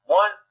one